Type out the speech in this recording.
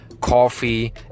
coffee